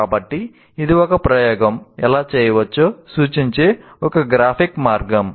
కాబట్టి ఇది ఒక ప్రయోగం ఎలా చేయవచ్చో సూచించే ఒక గ్రాఫిక్ మార్గం